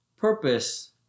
Purpose